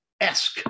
esque